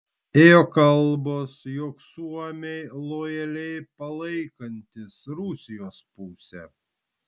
ėjo kalbos jog suomiai lojaliai palaikantys rusijos pusę